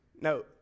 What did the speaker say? No